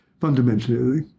Fundamentally